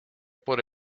por